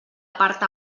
part